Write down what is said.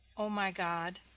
o my god,